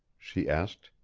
she asked.